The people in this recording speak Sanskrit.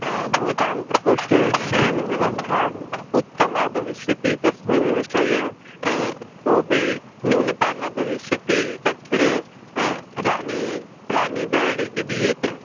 भवतां प्रकोष्ठे शयनव्यवस्था उत्तमा भविष्यति तस्मिन् विषये कोपि न्यूनता न भविष्यति तत्र रानी रानि बेड् इति दीयते